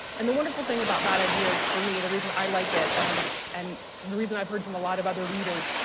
and the wonderful thing about bad ideas for me, the reason i like it, and and the reason i've heard from a lot of other readers,